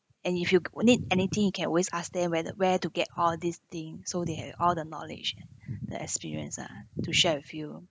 and if you need anything you can always ask them where the where to get all this thing so they have all the knowledge the experience ah to share with you